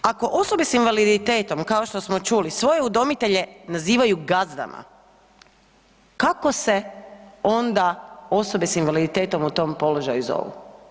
Ako osobe s invaliditetom, kao što smo čuli, svoje udomitelje nazivaju gazdama, kako se onda osobe s invaliditetom u tom položaju zovu?